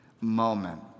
moment